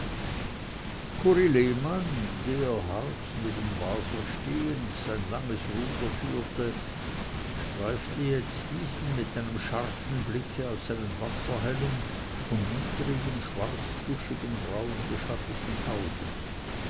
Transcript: der hart neben waser stehend sein langes ruder führte streifte jetzt diesen mit einem scharfen blicke aus seinen wasserhellen von niedrigen schwarzbuschigen brauen beschatteten augen